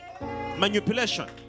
Manipulation